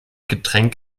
getränk